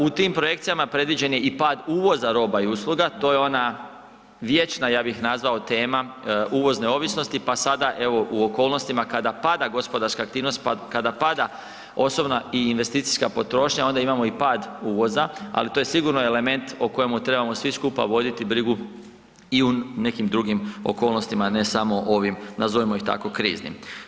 U tim projekcijama predviđen je i pad uvoza roba i usluga, to je ona vječna ja bih nazvao tema uvozne ovisnosti, pa sada evo u okolnostima kada pada gospodarska aktivnost, kada pada osobna i investicijska potrošnja onda imamo i pad uvoza, ali to je sigurno element o kojemu trebamo svi skupa voditi brigu i u nekim drugim okolnostima, ne samo ovim, nazovimo ih tako kriznim.